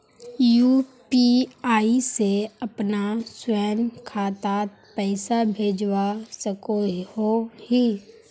UPI से अपना स्वयं खातात पैसा भेजवा सकोहो ही?